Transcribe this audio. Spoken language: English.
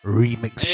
remix